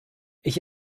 ich